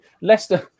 Leicester